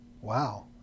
Wow